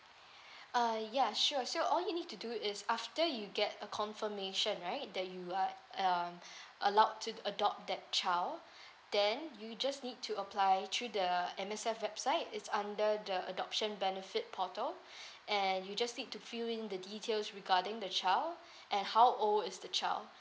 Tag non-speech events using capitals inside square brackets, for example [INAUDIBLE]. [BREATH] uh ya sure so all you need to do is after you get a confirmation right that you are uh [BREATH] allowed to adopt that child [BREATH] then you just need to apply through the M_S_F website it's under the adoption benefit portal [BREATH] and you just need to fill in the details regarding the child [BREATH] and how old is the child [BREATH]